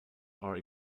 are